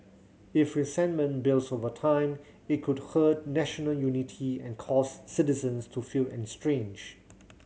if resentment builds over time it could hurt national unity and cause citizens to feel estranged